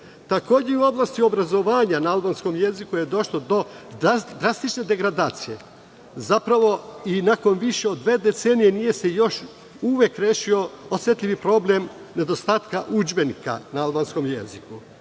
jezik? Takođe i u oblasti obrazovanja na albanskom jeziku je došlo do drastične degradacije. Nakon više od dve decenije nije se još uvek rešio osetljivi problem nedostatka udžbenika na albanskom jeziku.